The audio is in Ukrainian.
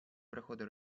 приходу